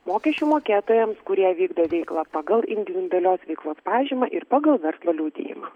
mokesčių mokėtojams kurie vykdo veiklą pagal individualios veiklos pažymą ir pagal verslo liudijimą